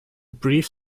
brief